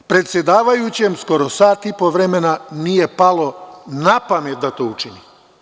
Predsedavajućem skoro sat i po vremena nije palo na pamet da to učini.